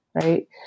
right